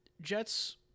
jets